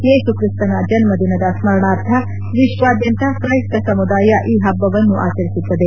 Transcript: ಯೇಸುಕ್ರಿಸ್ತನ ಜನ್ಮದಿನದ ಸ್ಕರಣಾರ್ಥ ವಿಶ್ವದಾದ್ಯಂತ ತ್ರೈಸ್ತ ಸಮುದಾಯ ಈ ಹಬ್ಬವನ್ನು ಆಚರಿಸಲಾಗುತ್ತದೆ